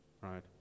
Right